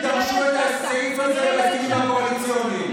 דרשו את הסעיף הזה בהסכמים הקואליציוניים.